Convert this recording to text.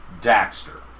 Daxter